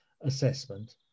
assessment